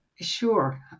Sure